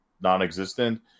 non-existent